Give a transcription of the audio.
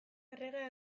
errege